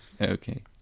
Okay